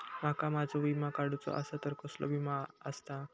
माका माझो विमा काडुचो असा तर कसलो विमा आस्ता?